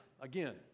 again